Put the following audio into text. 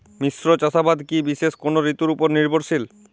মিশ্র চাষাবাদ কি বিশেষ কোনো ঋতুর ওপর নির্ভরশীল?